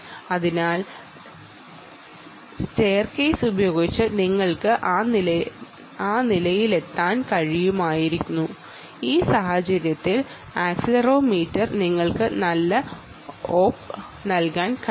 അതിനാൽ സ്റ്റെയർകേസ് ഉപയോഗിച്ച് നിങ്ങൾക്ക് ആ നിലയിലെത്താൻ കഴിയുമായിരുന്നു ഈ സാഹചര്യത്തിൽ ആക്സിലറോമീറ്ററിന് നിങ്ങൾക്ക് നല്ല സിഗ്നേച്ചർ നൽകാൻ കഴിയും